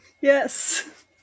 Yes